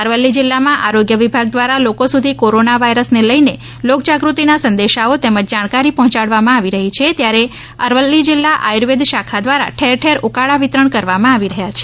અરવલ્લી જિલ્લામાં આરોગ્ય વિભાગ દ્વારા લોકો સુધી કોરોના વાઈરસને લઇને લોક જાગૃતિના સંદેશાઓ તેમજ જાણકારી પહોંચાડવામાં આવી રહી છે ત્યારે અરવલ્લી જિલ્લા આયુર્વેદ શાખા દ્વારા ઠેર ઠેર ઉકાળા વિતરણ કરવામાં આવી રહ્યા છે